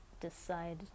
decide